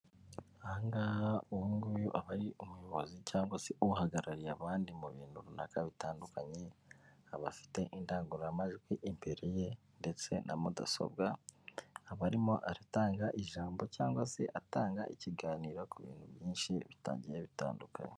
Aha ngaha uyu nguyu aba ari umuyobozi cyangwa se uhagarariye abandi mu bintu runaka bitandukanye, aba afite indangururamajwi imbere ye ndetse na mudasobwa. Aba arimo aratanga ijambo cyangwa se atanga ikiganiro ku bintu byinshi bitangiye bitandukanye.